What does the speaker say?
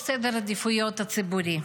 בראש סדר העדיפויות הציבורי.